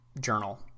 journal